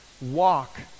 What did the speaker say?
Walk